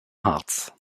harz